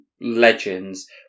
legends